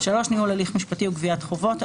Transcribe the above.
ניהול הליך משפטי או גביית חובות,